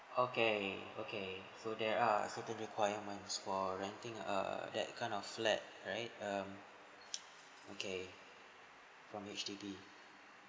okay okay so there are certain requirements for renting err that kind of flat right um okay from H_D_B